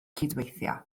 cydweithio